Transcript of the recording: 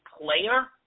player